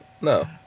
No